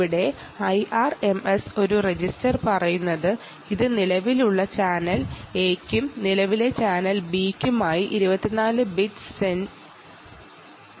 ഇവിടെ I R M S register നിലവിലുള്ള channel Aയിലേയും ചാനൽ Bയിലെയും കറണ്ട് 24 ബിറ്റ് അൺസൈന്റ് വാല്യു ആയി തരുന്നു